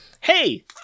hey